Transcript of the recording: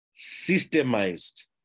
systemized